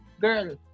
Girl